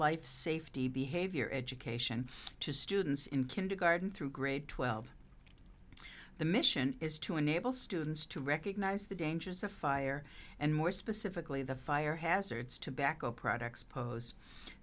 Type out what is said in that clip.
life safety behavior education to students in kindergarten through grade twelve the mission is to enable students to recognize the dangers of fire and more specifically the fire hazards tobacco products pose